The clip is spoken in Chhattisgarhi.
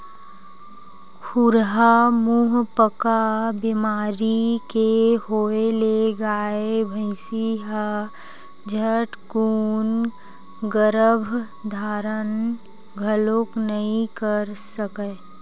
खुरहा मुहंपका बेमारी के होय ले गाय, भइसी ह झटकून गरभ धारन घलोक नइ कर सकय